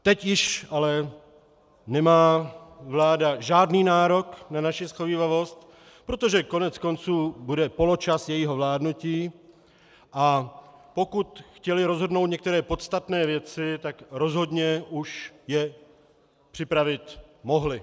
Teď již ale nemá vláda žádný nárok na naši shovívavost, protože koneckonců bude poločas jejího vládnutí, a pokud chtěli rozhodnout některé podstatné věci, tak rozhodně už je připravit mohli.